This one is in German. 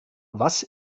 was